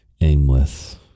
aimless